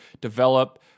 develop